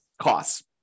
costs